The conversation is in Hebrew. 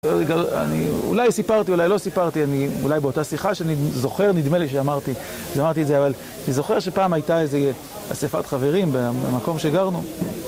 אולי סיפרתי, אולי לא סיפרתי, אולי באותה שיחה שאני זוכר, נדמה לי שאמרתי את זה אבל אני זוכר שפעם הייתה איזו אספת חברים במקום שגרנו